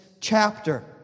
chapter